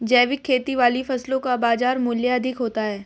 जैविक खेती वाली फसलों का बाजार मूल्य अधिक होता है